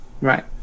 Right